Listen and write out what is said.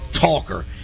talker